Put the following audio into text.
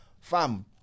Fam